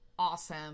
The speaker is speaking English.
awesome